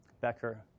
Becker